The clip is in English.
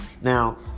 Now